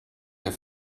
der